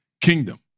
kingdom